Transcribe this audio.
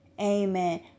amen